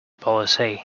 policy